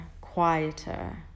quieter